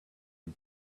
and